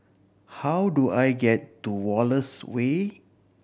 how do I get to Wallace Way